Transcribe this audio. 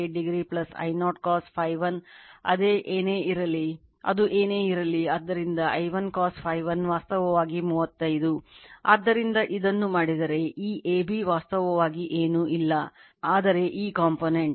8 degree I0 cos Φ0 ಅದು ಏನೇ ಇರಲಿ ಆದ್ದರಿಂದ I1 cos Φ1 ವಾಸ್ತವವಾಗಿ 35 ಆದ್ದರಿಂದ ಇದನ್ನು ಮಾಡಿದರೆ ಈ AB ವಾಸ್ತವವಾಗಿ ಏನೂ ಅಲ್ಲ ಆದರೆ ಈ component